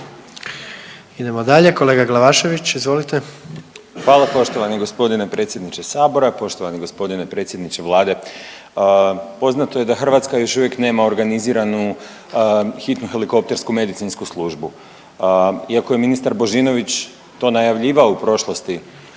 izvolite. **Glavašević, Bojan (Nezavisni)** Hvala poštovani gospodine predsjedniče Sabora, poštovani gospodine predsjedniče Vlade. Poznato je da Hrvatska još uvijek nema organiziranu hitnu helikoptersku medicinsku službu. Iako je ministar Božinović to najavljivao u prošlosti